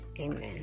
Amen